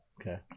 Okay